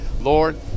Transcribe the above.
Lord